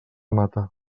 mata